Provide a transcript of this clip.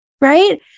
Right